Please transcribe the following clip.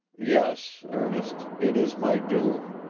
yes, ernest, it is my doom.